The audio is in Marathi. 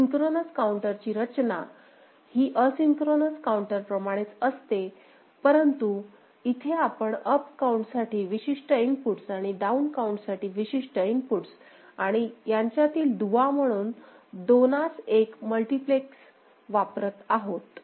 सिंक्रोनस काउंटरची रचना ही असिंक्रोनस काऊंटर प्रमाणेच असते परंतु इथे आपण अप काउंट साठी विशिष्ट इनपुटस आणि डाऊन काउंट साठी विशिष्ट इनपुटस आणि यांच्यातील दुवा म्हणून 21 मल्टिप्लेक्स वापरत आहोत